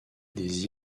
des